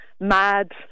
mad